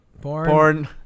Porn